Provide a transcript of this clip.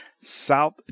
South